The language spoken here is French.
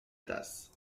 tasse